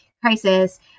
crisis